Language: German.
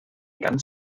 ganz